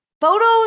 photos